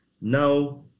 Now